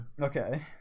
Okay